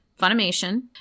Funimation